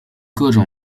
各种